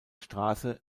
straße